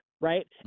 right